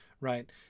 right